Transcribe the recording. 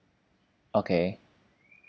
okay